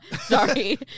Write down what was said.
Sorry